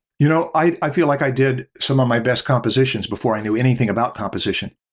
you know, i feel like i did some of my best compositions before i knew anything about composition.